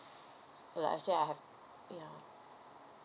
like I say I have ya